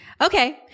Okay